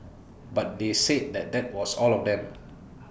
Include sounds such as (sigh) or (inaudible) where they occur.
but they said that that was all of them (noise)